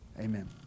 amen